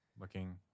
looking